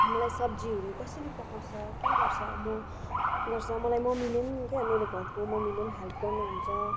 मलाई सब्जीहरू कसरी पकाउँछ के गर्छ म गर्छ मलाई मम्मीले के मेरो घरको मम्मीले हेल्प गर्नु हुन्छ